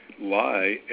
lie